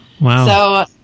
Wow